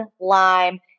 lime